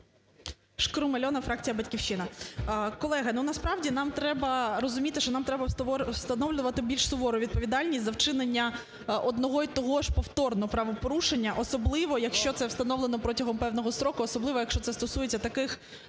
Шкрум Альона, фракція "Батьківщина". Колеги, ну, насправді нам треба розуміти, що нам треба встановлювати більш сувору відповідальність за вчинення одного і того ж повторного правопорушення, особливо, якщо це встановлено протягом певного строку, особливо, якщо це стосується таких